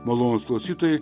malonūs klausytojai